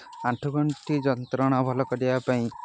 ଆଣ୍ଠୁଗଣ୍ଠି ଯନ୍ତ୍ରଣା ଭଲ କରିବା ପାଇଁ